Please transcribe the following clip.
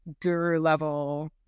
guru-level